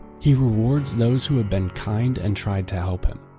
he rewards those who have been kind and tried to helped him.